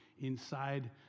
inside